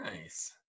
Nice